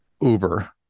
Uber